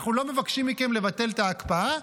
אנחנו לא מבקשים מכם לבטל את ההקפאה,